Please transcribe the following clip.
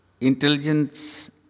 Intelligence